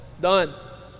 done